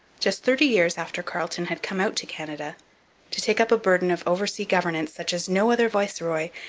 just thirty years after carleton had come out to canada to take up a burden of oversea governance such as no other viceroy,